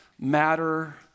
matter